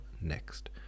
next